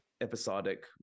Episodic